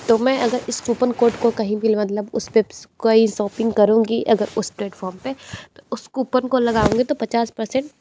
तो मैं अगर इस कूपन कोड को कहीं भी मतलब उसपे कहीं सॉपपिंग करूँगी अगर उस प्लेटफॉम पे तो उस कूपन को लगाउंगी तो पचास परसेंट